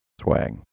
Swag